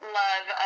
love